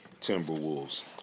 Timberwolves